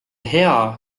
hea